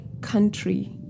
country